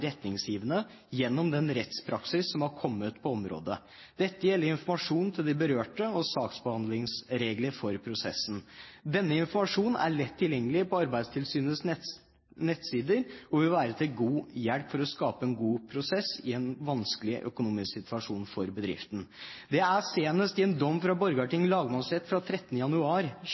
retningsgivende gjennom den rettspraksis som har kommet på området. Dette gjelder informasjon til de berørte og saksbehandlingsregler for prosessen. Denne informasjonen er lett tilgjengelig på Arbeidstilsynets nettsider og vil være til god hjelp for å skape en god prosess i en vanskelig økonomisk situasjon for bedriften. Det er senest i en dom fra Borgarting lagmannsrett fra 13. januar